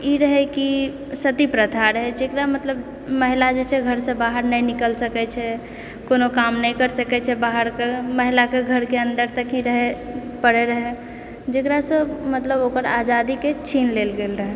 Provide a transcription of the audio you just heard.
ई रहय कि सती प्रथा रहैत छै एकरा मतलब कि महिला जे छै घर से बाहर नहि निकलि सकैत छै कोनो काम नहि करि सकैत छै बाहरकऽ महिलाकऽ घरके अन्दर तक ही रहय पड़ैत रहय जेकरासँ मतलब ओकर आजादीके छीन लेल गेल रहय